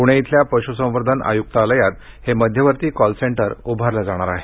पृणे इथल्या पश्संवर्धन आय्क्तालयात हे मध्यवर्ती कॉलसेंटर उभारलं जाणार आहे